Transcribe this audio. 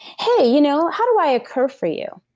hey, you know, how do i occur for you?